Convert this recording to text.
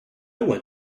went